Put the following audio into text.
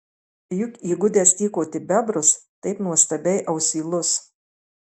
juk įgudęs tykoti bebrus taip nuostabiai ausylus